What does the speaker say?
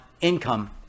income